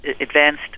advanced